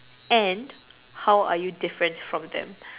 and how are you different from them